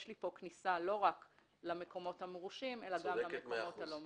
יש לי כאן כניסה לא רק למקומות המורשים אלא גם למקומות הלא מורשים.